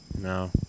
No